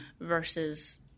versus